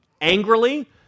angrily